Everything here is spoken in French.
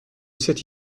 cette